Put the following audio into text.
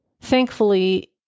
thankfully